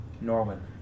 Norman